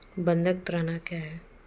बंधक ऋण क्या है?